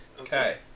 Okay